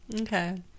Okay